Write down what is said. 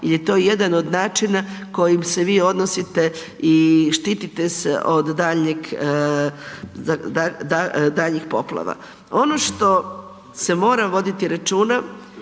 jer je to jedan načina kojim se vi odnosite i štitite se od daljih poplava. Ono što se mora voditi računa